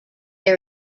they